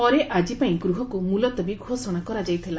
ପରେ ଆଜିପାଇଁ ଗୃହକୁ ମୁଲତବୀ ଘୋଷଣା କରାଯାଇଥିଲା